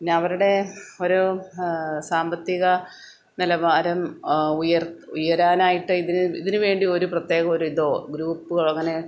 പിന്നെ അവരുടെ ഒരു സാമ്പത്തിക നിലവാരം ഉയർത്ത് ഉയരാനായിട്ട് ഇതിൽ ഇതിനുവേണ്ടി ഒരു പ്രത്യേക ഒരു ഇതോ ഗ്രൂപ്പോ അങ്ങനെ